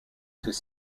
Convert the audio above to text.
ces